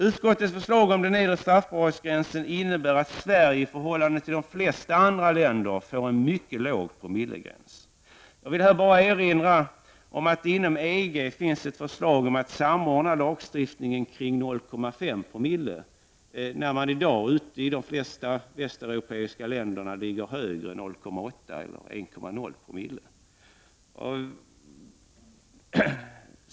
Utskottets förslag om den nedre straffbarhetsgränsen innebär att Sverige i förhållande till de flesta andra länder får en mycket låg promillegräns. Jag vill bara erinra att det inom EG finns ett förslag att samordna lagstiftning kring 0, 5Zc, när man i dag i de flesta västeuropeiska länder ligger högre, 0,8 eller 1,0 Joo.